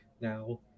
Now